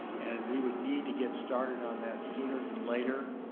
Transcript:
and we would need to get started on that sooner than later.